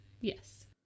yes